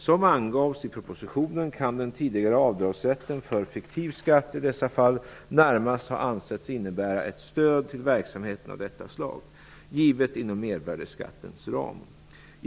Som angavs i propositionen kan den tidigare avdragsrätten för fiktiv skatt i dessa fall närmast ha ansetts innebära ett stöd till verksamheter av detta slag, givet inom mervärdesskattens ram.